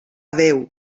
veu